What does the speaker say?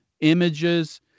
images